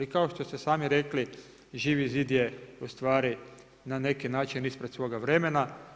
I kao što ste sami rekli, Živi zid je u stvari na neki način ispred svoga vremena.